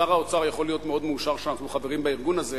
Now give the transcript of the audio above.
שר האוצר יכול להיות מאוד מאושר שאנחנו חברים בארגון הזה,